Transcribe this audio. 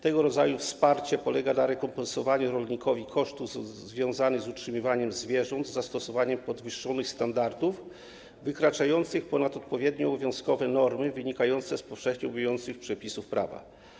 Tego rodzaju wsparcie polega na rekompensowaniu rolnikowi kosztów związanych z utrzymywaniem zwierząt z zastosowaniem podwyższonych standardów, wykraczających ponad odpowiednie obowiązkowe normy wynikające z powszechnie obowiązujących przepisów prawa.